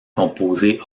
composés